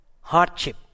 hardship